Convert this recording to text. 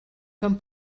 comme